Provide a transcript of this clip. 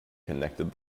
connected